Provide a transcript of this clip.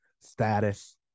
status